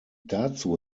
dazu